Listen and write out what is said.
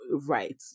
right